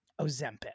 Ozempic